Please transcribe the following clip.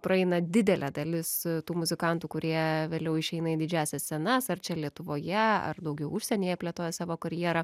praeina didelė dalis tų muzikantų kurie vėliau išeina į didžiąsias scenas ar čia lietuvoje ar daugiau užsienyje plėtoja savo karjerą